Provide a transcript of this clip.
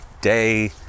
day